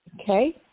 Okay